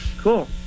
cool